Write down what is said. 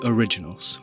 Originals